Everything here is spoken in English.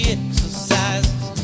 exercises